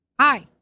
Hi